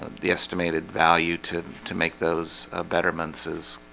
the estimated value to to make those better months is